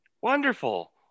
Wonderful